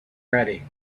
ready